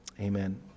Amen